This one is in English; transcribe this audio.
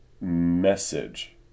message